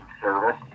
service